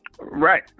right